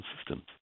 systems